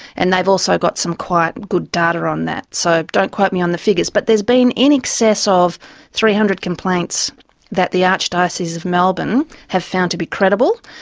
and they've also got some quite good data on that. so, don't quote me on the figures, but there's been in excess of three hundred complaints that the archdiocese of melbourne have found to be credible,